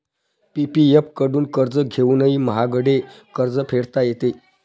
PPF कडून कर्ज घेऊनही महागडे कर्ज फेडता येते